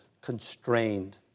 constrained